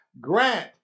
grant